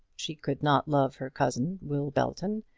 she could not love her cousin, will belton,